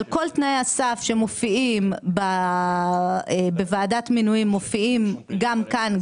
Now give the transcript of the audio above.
אבל כול תנאי הסף שמופיעים בוועדת מינויים מופיעים גם כאן,